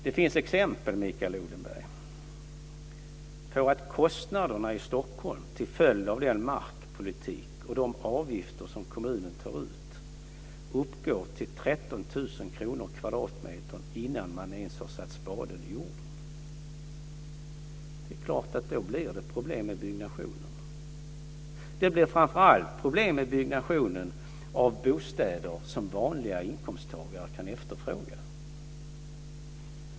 Det finns exempel, Mikael Odenberg, på att kostnaderna i Stockholm till följd av markpolitiken och de avgifter som kommunen tar ut uppgår till 13 000 kr kvadratmetern innan man ens har satt spaden i jorden. Då är det klart att det blir problem med byggnationen. Det blir framför allt problem med byggnationen av bostäder som vanliga inkomsttagare kan efterfråga.